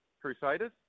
Crusaders